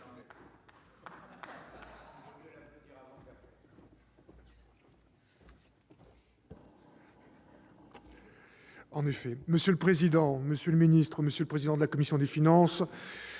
! Monsieur le président, monsieur le ministre, monsieur le président de la commission des finances,